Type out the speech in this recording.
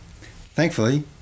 thankfully